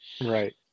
Right